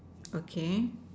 okay